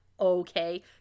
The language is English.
okay